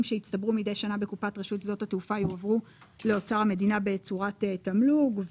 שיצטברו מידי שנה בקופת רשות שדות התעופה יועברו לאוצר המדינה בצורת תמלוג,